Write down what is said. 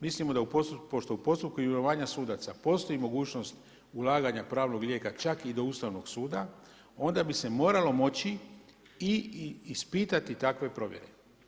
Mislimo da pošto u postupku imenovanja sudaca, postoji mogućnost ulaganja pravnog lijeka čak i do Ustavnog suda, onda bi se moralo moći i ispitati takve provjere.